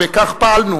וכך פעלנו.